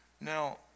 Now